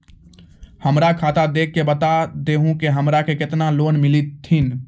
हमरा खाता देख के बता देहु के हमरा के केतना लोन मिलथिन?